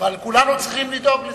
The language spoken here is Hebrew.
אבל כולנו צריכים לדאוג לזה.